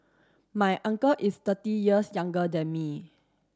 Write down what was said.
my uncle is thirty years younger than me